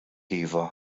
iva